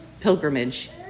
pilgrimage